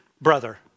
brother